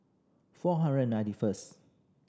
four hundred ninety first